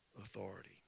authority